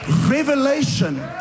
Revelation